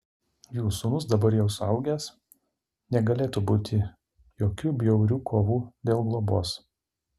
jų sūnus dabar jau suaugęs negalėtų būti jokių bjaurių kovų dėl globos